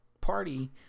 Party